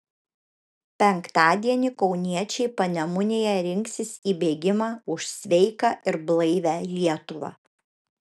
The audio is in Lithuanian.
penktadienį kauniečiai panemunėje rinksis į bėgimą už sveiką ir blaivią lietuvą